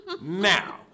Now